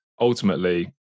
ultimately